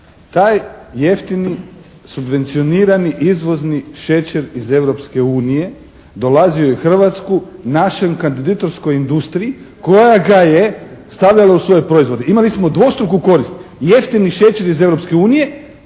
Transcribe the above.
Taj jeftini subvencionirani izvozni šećer iz Europske unije dolazio je u Hrvatsku našoj kandiditorskoj industriji koja ga je stavljala u svoje proizvode. Imali smo dvostruku korist, jeftini šećer iz